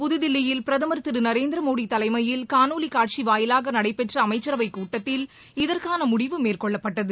புதுதில்லியில் பிரதமர் திருநரேந்திரமோடிதலைமையில் காணொலிக் இன்று காட்சிவாயிலாகநடைபெற்றஅமைச்சரவைக் கூட்டத்தில் இதற்கானமுடிவு மேற்கொள்ளப்பட்டது